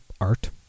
art